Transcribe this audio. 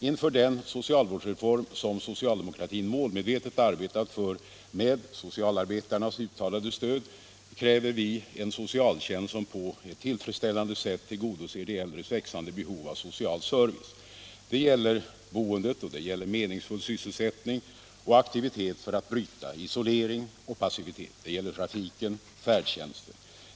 Inför den socialvårdsreform som socialdemokratin målmedvetet arbetar för, med socialarbetarnas uttalade stöd, kräver vi en socialtjänst som på ett tillfredsställande sätt tillgodoser de äldres växande behov av social service. Det gäller boendet, det gäller meningsfull sysselsättning och aktivitet för att bryta isolering och passivitet. Det gäller trafiken, färdtjänsten.